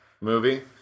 movie